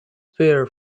fair